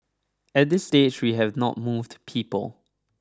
at this stage we have not moved people